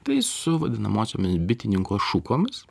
tai su vadinamosiomis bitininko šukomis